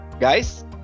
guys